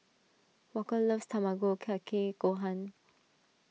Walker loves Tamago Kake Gohan